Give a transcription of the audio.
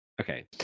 Okay